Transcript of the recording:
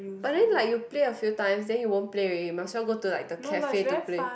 but then like you play a few times then you won't play already might as well go to like the cafe to play